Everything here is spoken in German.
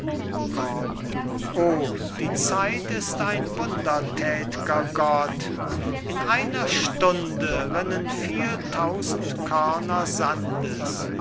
gordon o die zeit ist ein wundertätger gott in einer stunde rinnen viel tausend körner sandes